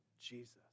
Jesus